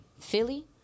Philly